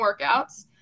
workouts